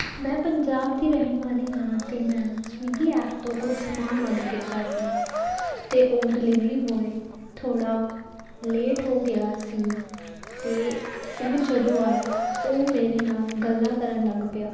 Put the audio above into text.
ਮੈਂ ਪੰਜਾਬ ਦੀ ਰਹਿਣ ਵਾਲੀ ਹਾਂ ਅਤੇ ਮੈਂ ਸਵਿਗੀ ਐਪ ਤੋਂ ਕੁਝ ਸਮਾਨ ਆਰਡਰ ਕੀਤਾ ਸੀ ਅਤੇ ਉਹ ਡਿਲੀਵਰੀ ਬੋਆਏ ਥੋੜ੍ਹਾ ਲੇਟ ਹੋ ਗਿਆ ਸੀ ਅਤੇ ਉਹ ਜਦੋਂ ਆਇਆ ਉਹ ਮੇਰੇ ਨਾਲ ਗੱਲਾਂ ਕਰਨ ਲੱਗ ਪਿਆ